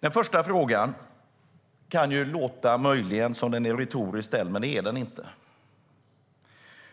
Den första frågan kan möjligen låta som om den är retorisk, men det är den inte.